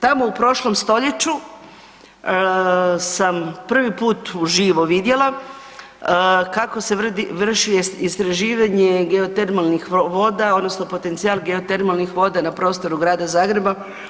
Tamo u prošlom stoljeću sam prvi put uživo vidjela kako se vrši istraživanje geotermalnih voda, odnosno potencijal geotermalnih voda na prostoru grada Zagreba.